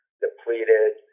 depleted